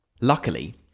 Luckily